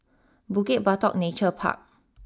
Bukit Batok Nature Park